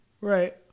Right